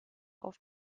auf